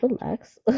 relax